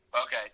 Okay